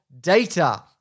Data